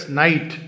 night